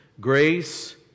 Grace